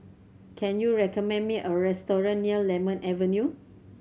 can you recommend me a restaurant near Lemon Avenue